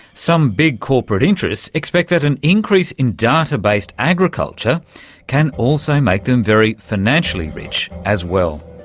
some big corporate interests expect that an increase in data-based agriculture can also make them very financially rich as well.